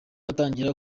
atangira